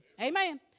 Amen